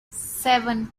seven